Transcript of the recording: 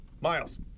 Miles